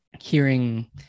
hearing